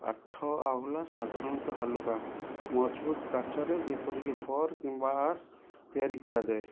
କାଠ ଆହୁଲା ସାଧାରଣତଃ ହାଲୁକା ମଜବୁତ କାଠରେ ଯେପରି କି ଫର୍ କିମ୍ବା ଆଶ୍ ତିଆରି କରାଯାଏ